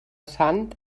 sant